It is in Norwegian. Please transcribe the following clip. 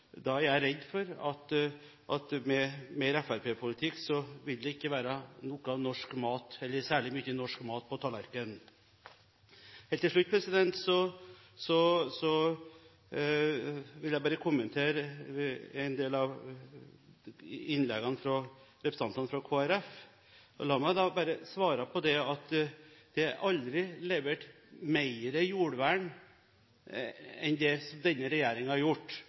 med mer fremskrittspartipolitikk vil det ikke være særlig mye norsk mat på tallerkenen. Helt til slutt vil jeg bare kommentere en del av innleggene fra representantene fra Kristelig Folkeparti. La meg svare på det at det aldri er levert mer jordvern enn det denne regjeringen har gjort.